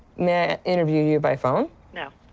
may i interview you by phone? no.